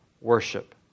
worship